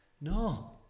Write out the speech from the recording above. no